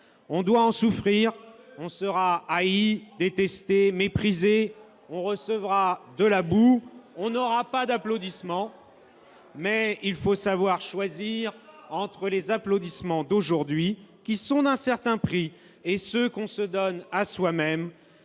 On doit en souffrir, on sera haï, détesté, méprisé. On recevra de la boue, on n'aura pas d'applaudissements, mais il faut savoir choisir entre les applaudissements d'aujourd'hui, qui sont d'un certain prix, et ceux qu'on se donne à soi-même,